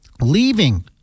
leaving